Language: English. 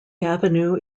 avenue